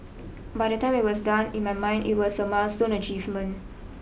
by the time it was done in my mind it was a milestone achievement